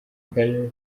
karere